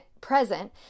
present